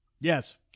yes